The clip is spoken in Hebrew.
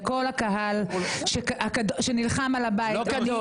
לכל הקהל שנלחם על הבית --- לא קדוש.